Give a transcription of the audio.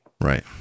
Right